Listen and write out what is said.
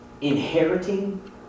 Inheriting